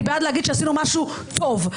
אני בעד להגיד שעשינו משהו טוב.